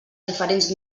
diferents